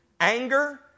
anger